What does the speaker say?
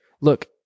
Look